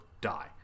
die